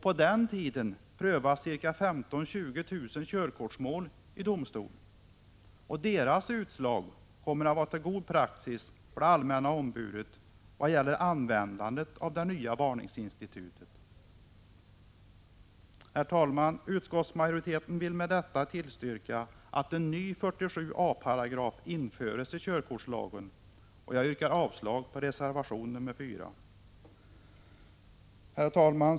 På denna tid prövas ca 15 000-20 000 körkortsmål i domstol. De utslagen kommer att vara till god hjälp som praxis för det allmänna ombudet vad gäller användandet av det nya varningsinstitutet. Herr talman! Utskottsmajoriteten vill med detta tillstyrka att en ny 47 a § införs i körkortslagen, och jag yrkar avslag på reservation nr 4.